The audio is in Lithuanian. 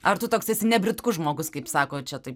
ar tu toks esi nebritkus žmogus kaip sako čia taip